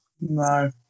no